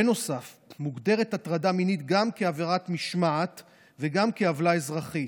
בנוסף מוגדרת הטרדה מינית גם כעבירת משמעת וגם כעוולה אזרחית.